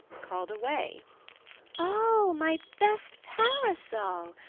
called away oh, my best parasol!